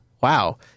wow